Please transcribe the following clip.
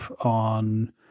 on